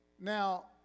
now